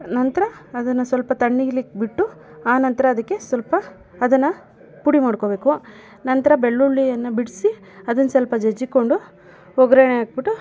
ನಂತರ ಅದನ್ನು ಸ್ವಲ್ಪ ತಣ್ಣಗಿರ್ಲಿಕ್ಕೆ ಬಿಟ್ಟು ಆನಂತರ ಅದಕ್ಕೆ ಸ್ವಲ್ಪ ಅದನ್ನು ಪುಡಿ ಮಾಡ್ಕೊಬೇಕು ನಂತರ ಬೆಳ್ಳುಳ್ಳಿಯನ್ನು ಬಿಡಿಸಿ ಅದನ್ನು ಸ್ವಲ್ಪ ಜಜ್ಜಿಕೊಂಡು ಒಗ್ಗರಣೆ ಹಾಕಿಬಿಟ್ಟು